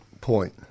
point